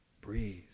Breathe